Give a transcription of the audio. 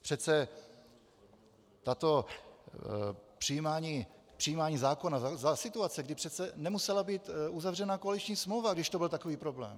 Přece... přijímání zákona za situace, kdy přece nemusela být uzavřena koaliční smlouva, když to byl takový problém.